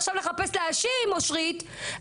עכשיו לחפש להאשים אושרית,